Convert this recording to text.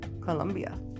colombia